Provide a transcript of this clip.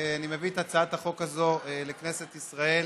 אני מביא את הצעת החוק הזאת לכנסת ישראל